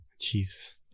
Jesus